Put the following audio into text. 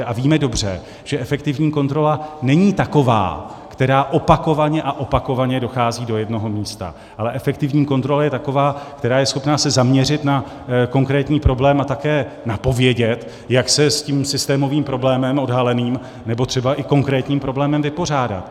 A víme dobře, že efektivní kontrola není taková, která opakovaně a opakovaně dochází do jednoho místa, ale efektivní kontrola je taková, která je schopna se zaměřit na konkrétní problém a také napovědět, jak se s tím odhaleným systémovým problémem nebo třeba i konkrétním problémem vypořádat.